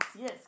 yes